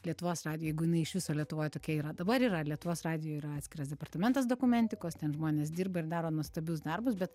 lietuvos radijuj jeigu jinai iš viso lietuvoj tokia yra dabar yra lietuvos radijuj yra atskiras departamentas dokumentikos ten žmonės dirba ir daro nuostabius darbus bet